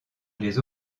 les